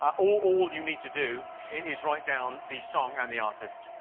all you need to do is write down the song and the artist.